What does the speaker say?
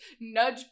nudge